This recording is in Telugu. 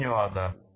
ధన్యవాదాలు